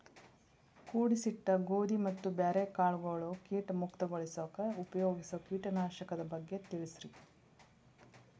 ಕೂಡಿಸಿಟ್ಟ ಗೋಧಿ ಮತ್ತ ಬ್ಯಾರೆ ಕಾಳಗೊಳ್ ಕೇಟ ಮುಕ್ತಗೋಳಿಸಾಕ್ ಉಪಯೋಗಿಸೋ ಕೇಟನಾಶಕದ ಬಗ್ಗೆ ತಿಳಸ್ರಿ